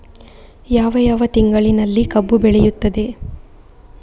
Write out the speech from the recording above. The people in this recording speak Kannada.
ಯಾವ ಯಾವ ತಿಂಗಳಿನಲ್ಲಿ ಕಬ್ಬು ಬೆಳೆಯುತ್ತದೆ?